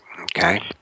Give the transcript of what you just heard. okay